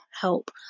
help